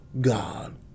God